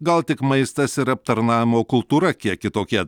gal tik maistas ir aptarnavimo kultūra kiek kitokie